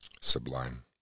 sublime